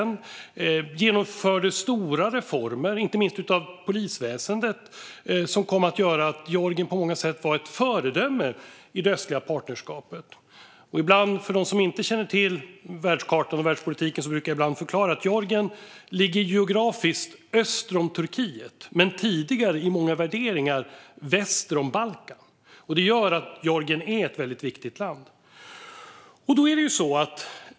Landet har genomfört stora reformer, inte minst av polisväsendet, som har gjort att Georgien på många sätt har varit ett föredöme i det östliga partnerskapet. För dem som inte känner till världskartan och världspolitiken brukar jag ibland förklara att Georgien ligger geografiskt öster om Turkiet, men tidigare i många värderingar väster om Balkan. Det gör Georgien till ett viktigt land.